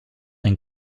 and